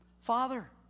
Father